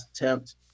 attempt